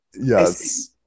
yes